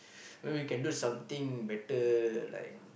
when we can do something better like